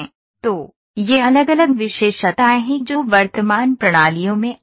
तो ये अलग अलग विशेषताएं हैं जो वर्तमान प्रणालियों में आ रही हैं